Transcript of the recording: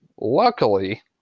luckily